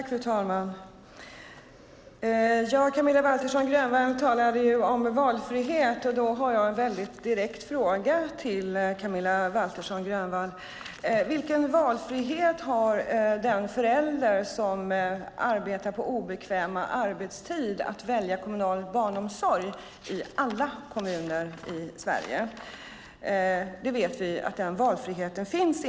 Fru talman! Camilla Waltersson Grönvall talade om valfrihet, och då har jag en direkt fråga till Camilla Waltersson Grönvall: Vilken valfrihet har den förälder som arbetar på obekväm arbetstid att välja kommunal barnomsorg i alla kommuner i Sverige? Vi vet att den valfriheten inte finns.